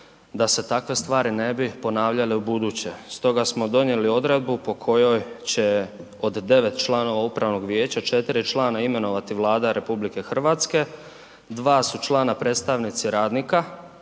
da se takve stvari ne bi ponavljale ubuduće. Stoga smo donijeli odredbu po kojoj će od 9 članova upravnog vijeća, 4 članova imenovati Vlada RH, 2 su člana predstavnici radnika,